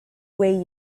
way